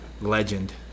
Legend